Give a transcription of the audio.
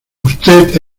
usted